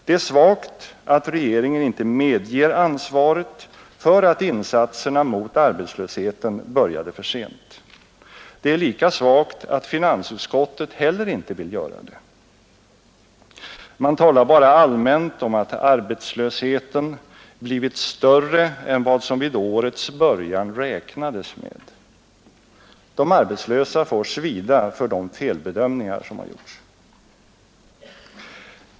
Det är svagt att regeringen inte medger ansvaret för att insatserna mot arbetslösheten började för sent. Det är lika svagt att finansutskottet heller inte vill göra det. Man talar bara allmänt om att arbetslösheten ”blivit större än vad som vid årets början räknades med”. De arbetslösa får svida för de felbedömningar som gjorts.